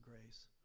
grace